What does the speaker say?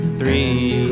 three